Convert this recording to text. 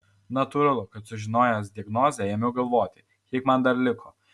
natūralu kad sužinojęs diagnozę ėmiau galvoti kiek man dar liko